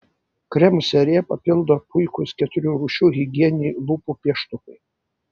kremų seriją papildo puikūs keturių rūšių higieniniai lūpų pieštukai